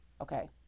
Okay